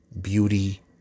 beauty